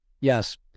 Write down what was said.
Yes